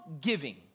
giving